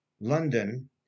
London